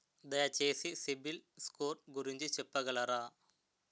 దయచేసి సిబిల్ స్కోర్ గురించి చెప్పగలరా?